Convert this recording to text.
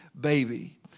baby